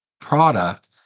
product